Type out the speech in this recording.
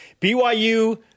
BYU